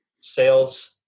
Sales